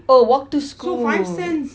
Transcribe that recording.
oh walk to school